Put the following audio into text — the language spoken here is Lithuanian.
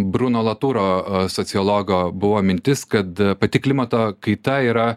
bruno laturo sociologo buvo mintis kad pati klimato kaita yra